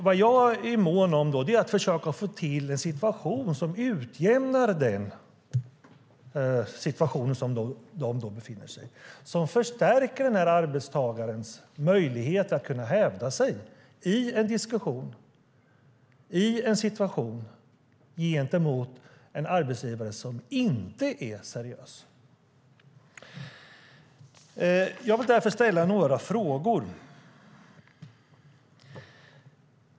Vad jag är mån om är att försöka att få till stånd en situation som stärker arbetstagarens möjlighet att hävda sig i en diskussion och en situation gentemot en arbetsgivare som inte är seriös. Jag vill därför ställa några frågor.